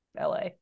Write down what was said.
LA